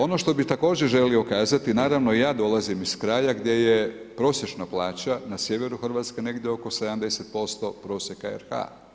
Ono što bi također želio kazati, naravno, ja dolazim iz kraja gdje je prosječna plaća na sjeveru RH negdje oko 70% prosjeka RH.